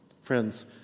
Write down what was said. Friends